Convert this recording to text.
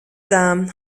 dame